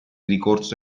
ricorso